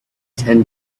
ten